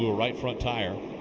right front tire.